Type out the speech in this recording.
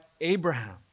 Abraham